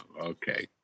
Okay